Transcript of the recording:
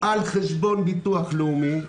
על חשבון הביטוח הלאומי,